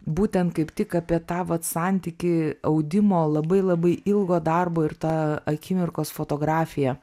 būtent kaip tik apie tą vat santykį audimo labai labai ilgo darbo ir tą akimirkos fotografiją